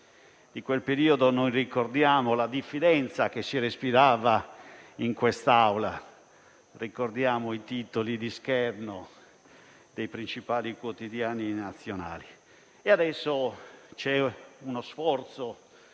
Di quel periodo ricordiamo la diffidenza che si respirava in quest'Aula, ricordiamo i titoli di scherno dei principali quotidiani nazionali. Adesso c'è uno sforzo